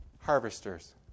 harvesters